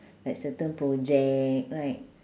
like certain project right